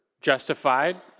justified